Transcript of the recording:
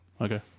Okay